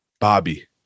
Bobby